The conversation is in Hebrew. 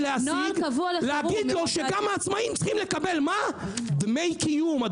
להשיג לומר לו שגם העצמאים צריכים לקבל דמי קיום,